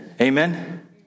Amen